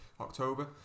October